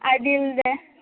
ಅದಲ್ದೆ